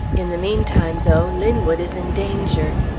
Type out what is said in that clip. in the mean time, though, linwood is in danger.